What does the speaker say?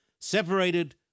separated